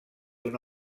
una